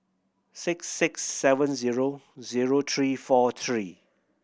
six six seven zero zero three four three